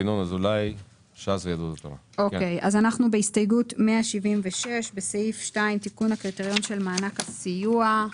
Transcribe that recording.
אנחנו בהסתייגות 176 - בסעיף 2 תיקון הקריטריון של מענק הסיוע.